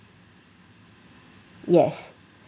yes